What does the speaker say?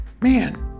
man